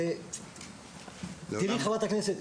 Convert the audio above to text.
חברת הכנסת,